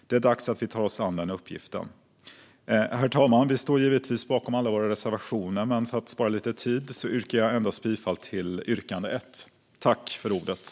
Det är dags att vi tar oss an den uppgiften. Herr talman! Vi står givetvis bakom alla våra reservationer, men för att spara tid yrkar jag bifall endast till reservation 1.